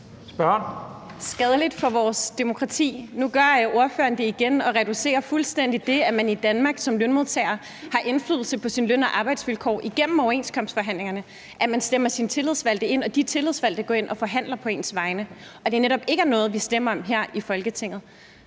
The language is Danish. Skadeligt for vores demokrati? Nu gør ordføreren det igen og reducerer fuldstændig det, at man i Danmark som lønmodtager har indflydelse på sine løn- og arbejdsvilkår igennem overenskomstforhandlingerne; at man stemmer sine tillidsvalgte ind, og at de tillidsvalgte går ind og forhandler på ens vegne, og at det netop ikke er noget, vi stemmer om her i Folketinget.